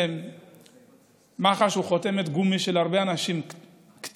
שבעצם מח"ש הוא חותמת גומי של הרבה אנשים קטנים,